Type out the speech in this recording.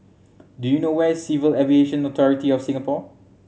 do you know where Civil Aviation Authority of Singapore